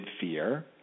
fear